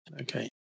Okay